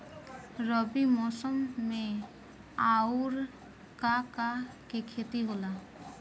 रबी मौसम में आऊर का का के खेती होला?